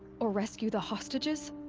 or rescue the hostages?